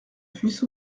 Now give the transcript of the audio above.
puisse